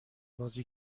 بازی